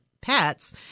pets